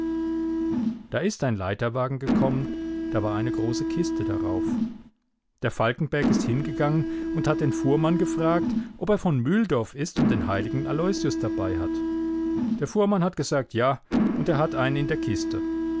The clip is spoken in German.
da ist ein leiterwagen gekommen da war eine große kiste darauf der falkenberg ist hingegangen und hat den fuhrmann gefragt ob er von mühldorf ist und den heiligen aloysius dabei hat der fuhrmann hat gesagt ja und er hat einen in der kiste